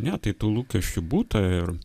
ne tai tu lūkesčių būta ir